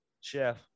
Chef